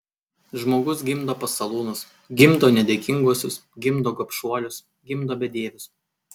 žmogus gimdo pasalūnus gimdo nedėkinguosius gimdo gobšuolius gimdo bedievius